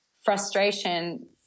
frustration